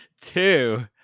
Two